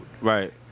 Right